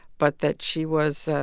but that she was